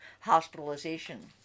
hospitalization